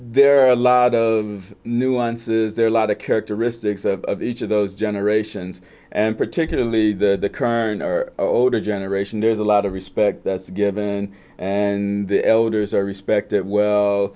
there are a lot of nuances there are a lot of characteristics of each of those generations and particularly the current our older generation there's a lot of respect that's given and the elders are respect